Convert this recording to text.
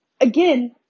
again